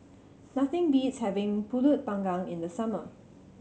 nothing beats having Pulut Panggang in the summer